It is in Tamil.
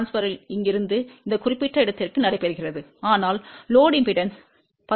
power இடமாற்றம் இங்கிருந்து இந்த குறிப்பிட்ட இடத்திற்கு நடைபெறுகிறது ஆனால் சுமை மின்மறுப்பு 10 j 10 Ω ஆகும்